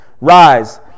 rise